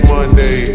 Monday